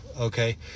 Okay